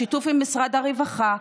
בשיתוף עם משרד הרווחה,